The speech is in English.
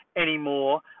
anymore